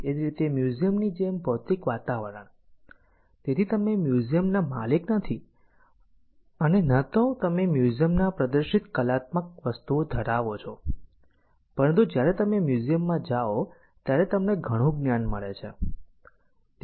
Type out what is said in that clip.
એ જ રીતે મ્યુઝિયમની જેમ ભૌતિક વાતાવરણ તેથી તમે મ્યુઝીયમ ના માલિક નથી અને ન તો તમે મ્યુઝીયમ માં પ્રદર્શિત કલાત્મક વસ્તુઓ ધરાવો છો પરંતુ જ્યારે તમે મ્યુઝીયમ માં જાઓ ત્યારે તમને ઘણું જ્ઞાન મળે છે